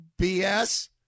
BS